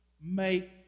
make